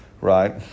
right